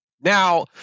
Now